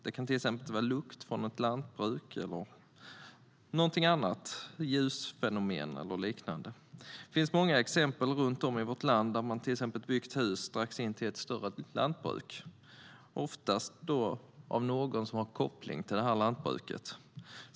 Det kan till exempel vara lukt från lantbruk, ljusfenomen eller liknande. Det finns många exempel runt om i vårt land. Det har till exempel byggts hus strax intill ett större lantbruk, oftast av någon med koppling till lantbruket.